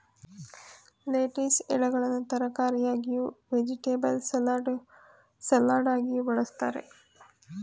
lettuce ಎಲೆಗಳನ್ನು ತರಕಾರಿಯಾಗಿಯೂ, vegetable ಸಲಡಾಗಿಯೂ ಬಳ್ಸತ್ತರೆ